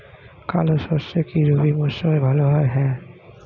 কালো সরষে কি রবি মরশুমে ভালো হয়?